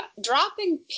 dropping